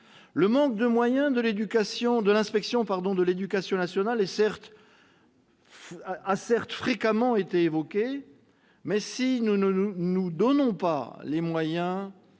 Le manque de moyens de l'inspection de l'éducation nationale a, certes, fréquemment été évoqué, mais si nous ne nous donnons pas ces moyens,